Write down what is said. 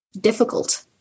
difficult